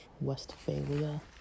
Westphalia